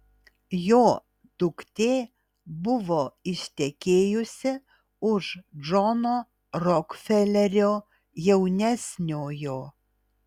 jo duktė buvo ištekėjusi už džono rokfelerio jaunesniojo